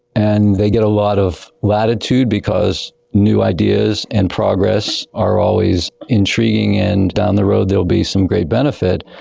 and they get a lot of latitude because new ideas and progress are always intriguing and down the road there will be some great benefit.